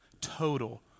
total